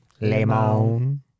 Lemon